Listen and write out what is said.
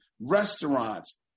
restaurants